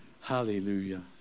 hallelujah